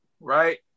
right